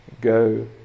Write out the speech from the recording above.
go